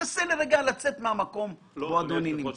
תנסה רגע לצאת מהמקום בו אתה נמצא.